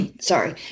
sorry